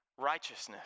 righteousness